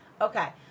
Okay